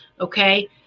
okay